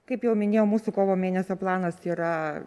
kaip jau minėjau mūsų kovo mėnesio planas yra